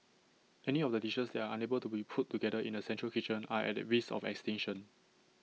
any of the dishes that are unable to be put together in A central kitchen are at risk of extinction